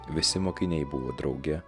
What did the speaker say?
visi mokiniai buvo drauge